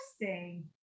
Interesting